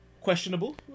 questionable